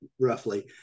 roughly